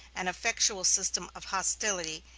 and effectual system of hostility,